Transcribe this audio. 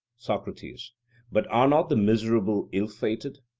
socrates but are not the miserable ill-fated?